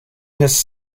his